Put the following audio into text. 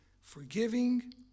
forgiving